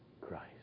Christ